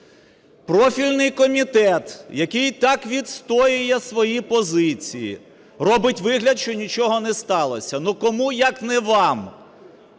Профільний комітет, який так відстоює свої позиції, робить вигляд, що нічого не сталося. Ну, кому як не вам